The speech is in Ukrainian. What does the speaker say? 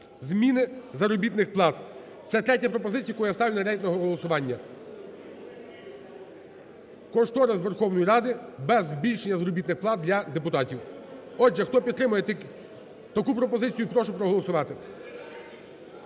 зміни заробітних плат. Це третя пропозиція, яку я ставлю на рейтингове голосування. Кошторис Верховної Ради без збільшення заробітних плат для депутатів. Отже, хто підтримує таку пропозицію, прошу проголосувати.